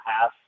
half